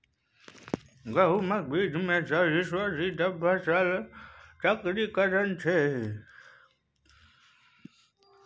गहुमक बीचमे सरिसों छीटब फसल चक्रीकरण छै